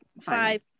five